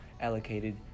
allocated